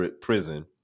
prison